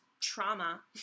trauma